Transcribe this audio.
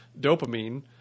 dopamine